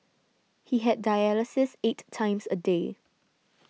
he had dialysis eight times a day